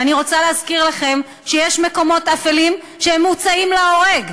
ואני רוצה להזכיר לכם שיש מקומות אפלים שהם מוצאים להורג.